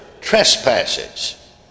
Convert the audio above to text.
trespasses